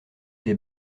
des